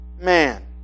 man